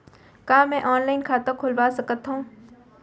का मैं ऑनलाइन खाता खोलवा सकथव?